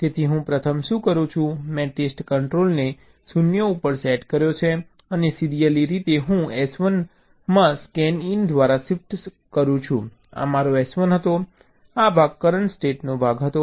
તેથી હું પ્રથમ શું કરું છું મેં ટેસ્ટ કંટ્રોલને 0 ઉપર સેટ કર્યો છે અને સીરિયલી રીતે હું S1 માં સ્કેનઈન દ્વારા શિફ્ટ કરું છું આ મારો S1 હતો આ ભાગ કરંટ સ્ટેટનો ભાગ હતો